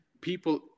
people